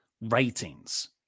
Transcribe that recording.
ratings